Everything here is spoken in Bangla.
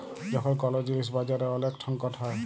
যখল কল জিলিস বাজারে ওলেক সংকট হ্যয়